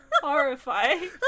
horrifying